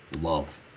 Love